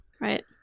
right